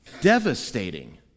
devastating